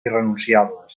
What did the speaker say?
irrenunciables